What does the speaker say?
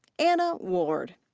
anna ward.